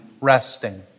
resting